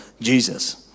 Jesus